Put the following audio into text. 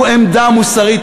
הוא עמדה מוסרית.